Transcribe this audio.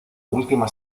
última